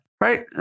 Right